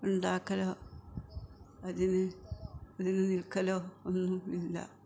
ഉണ്ടാക്കലോ അതിന് നിൽക്കലോ ഒന്നും ഇല്ല